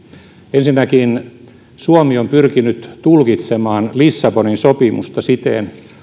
ensinnäkin suomi on pyrkinyt tulkitsemaan lissabonin sopimusta siten